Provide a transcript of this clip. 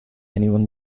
anyone